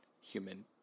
human